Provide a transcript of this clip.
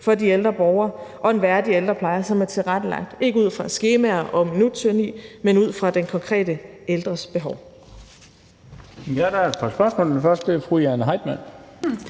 for de ældre borgere og en værdig ældrepleje, som ikke er tilrettelagt ud fra skemaer og minuttyranni, men ud fra den konkrete ældres behov. Kl. 11:44 Den fg. formand (Bent Bøgsted): Der er et par